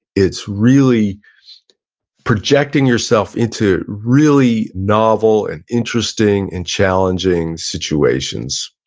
it's really projecting yourself into really novel and interesting and challenging situations.